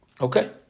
Okay